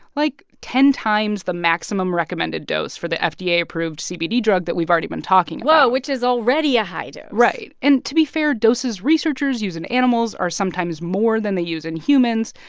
like, ten times the maximum recommended dose for the fda-approved cbd drug that we've already been talking about whoa which is already a high dose right. and to be fair, doses researchers use in animals are sometimes more than they use in humans,